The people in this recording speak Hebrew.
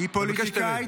אני מבקש שתרד.